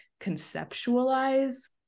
conceptualize